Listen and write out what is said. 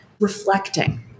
reflecting